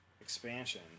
expansion